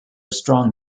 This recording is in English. strong